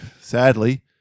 sadly